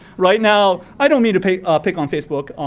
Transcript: right now, i don't need to pay ah pick on facebook.